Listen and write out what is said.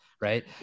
right